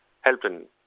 helping